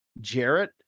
Jarrett